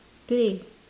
today